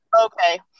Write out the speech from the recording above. Okay